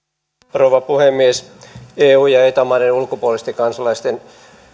rouva puhemies eu ja eta maiden ulkopuolisten kansalaisten